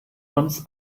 uns